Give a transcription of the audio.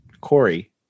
Corey